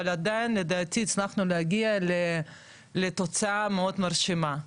אבל עדיין לדעתי הצלחנו להגיע לתוצאה מאוד מרשימה.